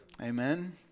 Amen